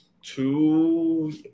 Two